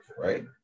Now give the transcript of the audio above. Right